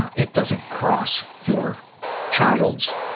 it doesn't cross your child's,